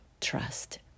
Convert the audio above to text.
trust